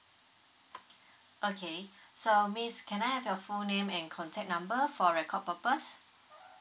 okay so miss can I have your full name and contact number for record purpose